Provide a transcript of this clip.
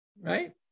Right